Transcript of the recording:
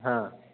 हां